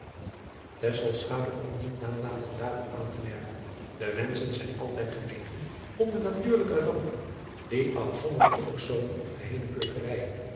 kon niet nalaten daarop aan te driaan oosjes zn et leven van illegonda uisman merken e menschen zijn altijd genegen om de natuurlijke rampen die afzonderlijke personen of geheele